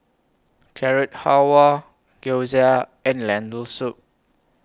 Carrot Halwa Gyoza and Lentil Soup